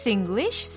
English